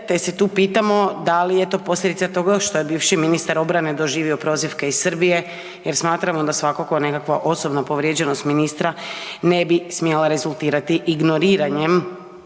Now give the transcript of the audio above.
te se tu pitamo da li je to posljedica toga što je bivši ministar obrane doživio prozivke iz Srbije jer smatramo da svakako nekakva osobna povrijeđenost ministra ne bi smjela rezultirati ignoriranjem